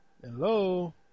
Hello